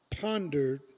pondered